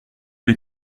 les